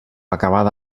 acabada